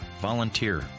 Volunteer